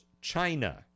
China